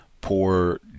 poor